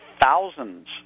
thousands